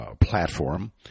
platform